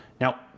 now